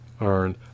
earn